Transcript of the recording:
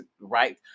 right